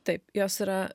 taip jos yra